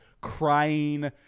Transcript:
crying